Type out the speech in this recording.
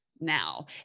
now